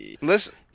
listen